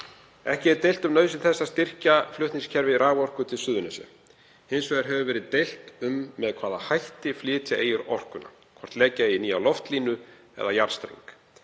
Ekki er deilt um nauðsyn þess að styrkja flutningskerfi raforku til Suðurnesja. Hins vegar hefur verið deilt um með hvaða hætti flytja eigi orkuna, hvort leggja eigi nýja loftlínu eða jarðstreng.